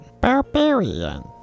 barbarian